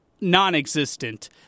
non-existent